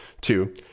Two